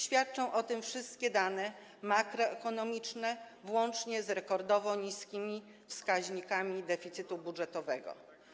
Świadczą o tym wszystkie dane makroekonomiczne, łącznie z rekordowo niskimi wskaźnikami deficytu budżetowego.